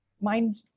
mind